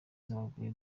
z’abagore